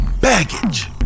baggage